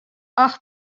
och